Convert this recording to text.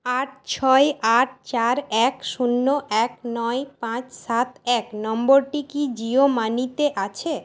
আট ছয় আট চার এক শূন্য এক নয় পাঁচ সাত এক নম্বরটি কি জিও মানিতে আছে